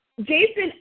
Jason